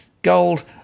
Gold